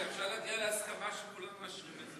רגע, אפשר להגיע להסכמה שכולם מאשרים את זה